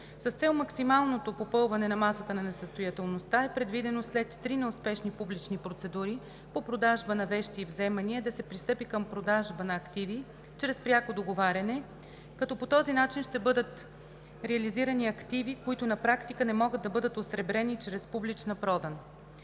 С цел максималното попълване на масата на несъстоятелността е предвидено след три неуспешни публични процедури по продажба на вещи и вземания да се пристъпи към продажба на активи чрез пряко договаряне, като по този начин ще бъдат реализирани активи, които на практика не могат да бъдат осребрени чрез публична продан.